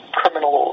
criminal